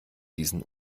diesen